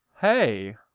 Hey